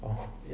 oh